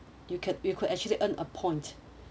you can you could actually earn a point